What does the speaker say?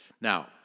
Now